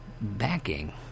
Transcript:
backing